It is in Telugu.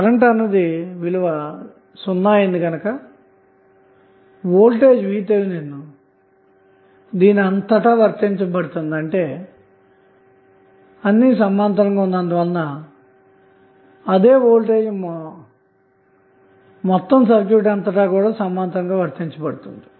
కరెంట్సున్నాఅయింది గనక వోల్టేజ్ VTh దీని అంతటా వర్తించబడుతుందిఅంటే అన్ని సమాంతరంగాఉన్నందున అదే వోల్టేజ్ మొత్తం సర్క్యూట్ అంతటా సమాంతరంగావర్తించబడుతుంది